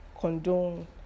condone